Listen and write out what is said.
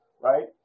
right